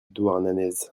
douarnenez